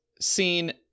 seen